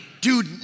dude